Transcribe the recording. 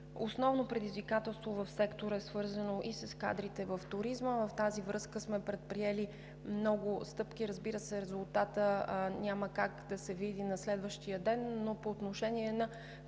Основното предизвикателство в сектора е свързано и с кадрите в туризма. В тази връзка сме предприели много стъпки. Разбира се, резултатът няма как да се види на следващия ден, но по отношение на